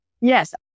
Yes